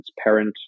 transparent